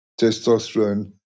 testosterone